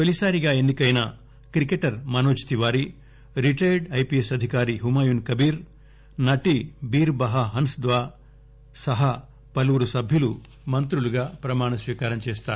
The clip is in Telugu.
తొలిసారిగా ఎన్పికైన cricketer Manoj Tiwari retired IPS అధికారి హుమాయూన్ కబీర్ నటి బీర్ బహా హన్స్ దా సహా పలువురు సభ్యులు మంత్రులుగా ప్రమాణం చేస్తారు